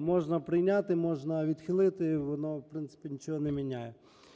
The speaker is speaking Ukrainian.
можна прийняти, можна відхилити – воно, в принципі, нічого не міняє.